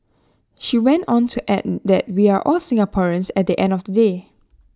she went on to add that we are all Singaporeans at the end of the day